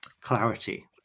clarity